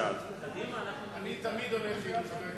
הצעת ועדת הכנסת בדבר מינוי ממלא-מקום קבוע